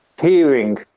hearing